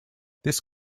this